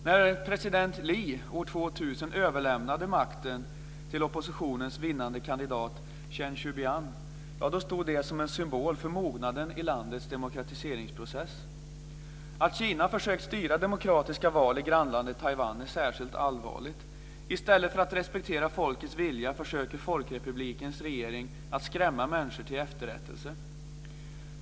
När president Lee år 2000 överlämnade makten till oppositionens vinnande kandidat Chen Shui-bian stod det som symbol för mognaden i landets demokratiseringsprocess. Att Kina har försökt styra demokratiska val i grannlandet Taiwan är särskilt allvarligt. I stället för att respektera folkets vilja försöker Folkrepublikens regering att skrämma människor till efterrättelse.